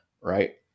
right